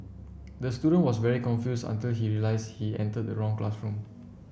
the student was very confused until he realised he entered the wrong classroom